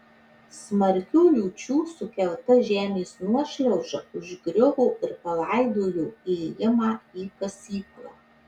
smarkių liūčių sukelta žemės nuošliauža užgriuvo ir palaidojo įėjimą į kasyklą